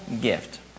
gift